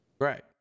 Right